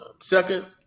second